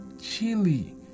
chili